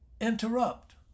interrupt